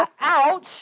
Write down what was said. ouch